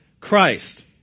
Christ